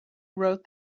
wrote